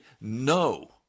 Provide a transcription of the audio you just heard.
no